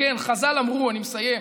חז"ל אמרו, אני מסיים,